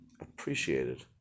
appreciated